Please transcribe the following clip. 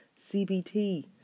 CBT